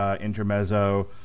Intermezzo